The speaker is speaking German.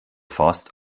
forst